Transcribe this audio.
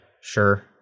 Sure